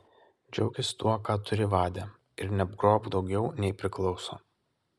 džiaukis tuo ką turi vade ir negrobk daugiau nei priklauso